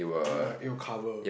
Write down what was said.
ya it will cover